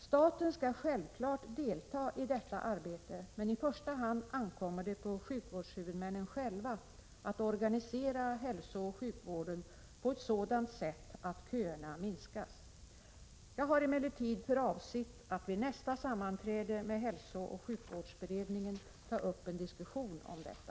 Staten skall självklart delta i detta arbete, men i första hand ankommer det på sjukvårdshuvudmännen själva att organisera hälsooch sjukvården på ett sådant sätt att köerna minskas. Jag har emellertid för avsikt att vid nästa sammanträde med hälsooch sjukvårdsberedningen ta upp en diskussion om detta.